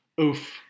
Oof